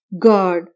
God